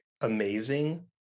amazing